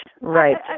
right